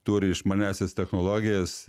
turi išmaniąsias technologijas